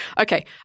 Okay